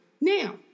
Now